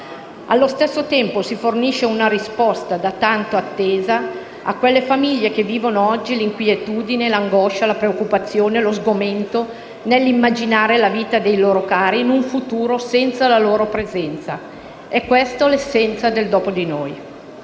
Allo stesso tempo si fornisce una risposta, da tanto attesa, a quelle famiglie che vivono oggi l'inquietudine, l'angoscia, la preoccupazione e lo sgomento nell'immaginare la vita dei loro cari in un futuro senza la loro presenza. È questa l'essenza del "dopo di noi"